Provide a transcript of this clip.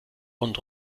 und